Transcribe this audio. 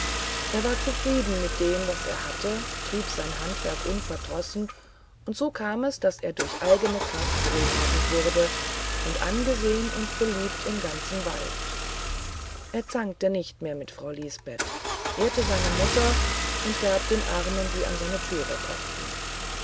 er war zufrieden mit dem was er hatte trieb sein handwerk unverdrossen und so kam es daß er durch eigene kraft wohlhabend wurde und angesehen und beliebt im ganzen wald er zankte nie mehr mit frau lisbeth ehrte seine mutter und gab den armen die an seine türe pochten